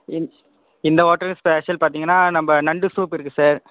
இந் இந்த hotel special பார்த்திங்கனா நம்ப நண்டு சூப் இருக்கு சார்